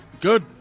Good